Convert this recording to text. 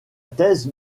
thèse